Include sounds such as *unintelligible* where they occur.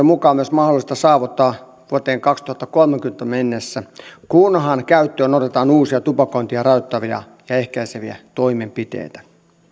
*unintelligible* mukaan myös mahdollista saavuttaa vuoteen kaksituhattakolmekymmentä mennessä kunhan käyttöön otetaan uusia tupakointia rajoittavia ja ehkäiseviä toimenpiteitä